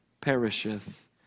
perisheth